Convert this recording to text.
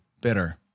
bitter